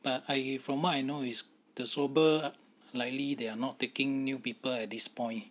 but I from what I know is the swabber likely they are not taking new people at this point